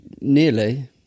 nearly